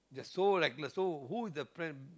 they're so like they're so who the p~